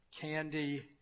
candy